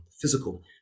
physical